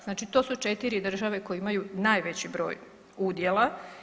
Znači to su 4 države koje imaju najveći broj udjela.